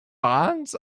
bands